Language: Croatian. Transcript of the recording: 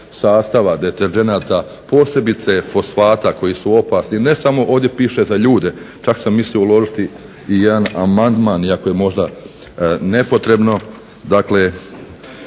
sastava deterdženata posebice fosfata koji su opasni, ne samo ovdje piše za ljude, čak sam mislio uložiti i jedan amandman iako je možda nepotrebno.